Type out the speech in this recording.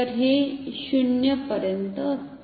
तर हे 0 पर्यंत असते